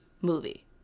movie